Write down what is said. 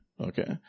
Okay